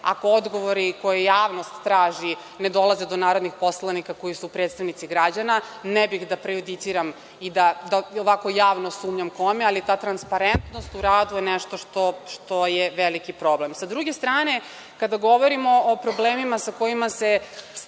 ako odgovori koje javnost traži ne dolazi do narodnih poslanika koji su predstavnici građana, ne bih da prejudiciram i da ovako javno sumnjam kome, ali ta transparentnost u radu je nešto što je veliki problem. Sa druge strane, kada govorimo o problemima sa kojima se stanje